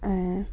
ऐं